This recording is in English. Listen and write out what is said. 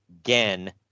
again